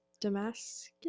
Damascus